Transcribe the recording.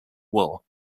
wool